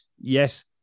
yes